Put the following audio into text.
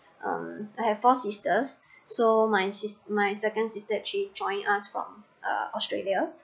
um I have four sisters so mine sis~ my second sister actually joins us from uh australia